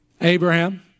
Abraham